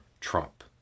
Trump